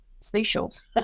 seashells